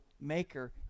maker